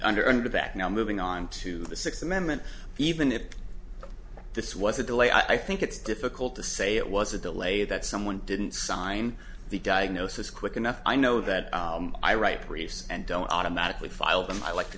under and back now moving on to the sixth amendment even if this was a delay i think it's difficult to say it was a delay that someone didn't sign the diagnosis quick enough i know that i write briefs and don't automatically file them i like to